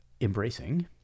embracing